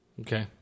Okay